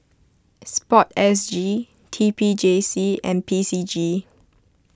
Sport S G T P J C and P C G